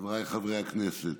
חבריי חברי הכנסת,